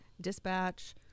Dispatch